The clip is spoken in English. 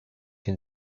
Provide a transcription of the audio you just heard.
can